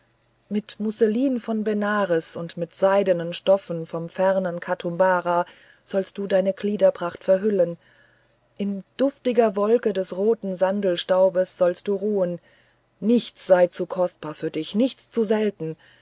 mit musselin von benares und mit seidenen stoffen vom fernen katumbara sollst du deine gliederpracht verhüllen in duftiger wolke des roten sandelstaubes sollst du ruhen nichts sei zu kostbar für dich nichts zu selten